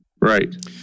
Right